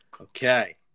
Okay